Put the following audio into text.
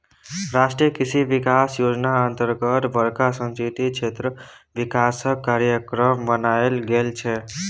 राष्ट्रीय कृषि बिकास योजना अतर्गत बरखा सिंचित क्षेत्रक बिकासक कार्यक्रम बनाएल गेल छै